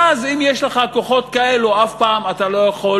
ואם יש לך כוחות כאלה אף פעם אתה לא יכול